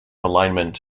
alignment